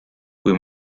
kui